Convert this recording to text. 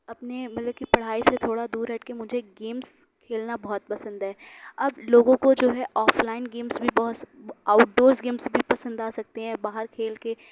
اپنے مطلب کہ پڑھائی سے تھوڑا دور ہٹ کے مجھے گیمز کھیلنا بہت پسند ہے اب لوگوں کو جو ہے آف لائن گیمز بھی بہت آؤٹ ڈورز گیمز بھی پسند آ سکتے ہیں باہر کھیل کے